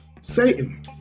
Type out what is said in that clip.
Satan